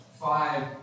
five